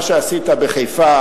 מה שעשית בחיפה,